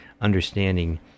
understanding